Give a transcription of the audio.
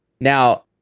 Now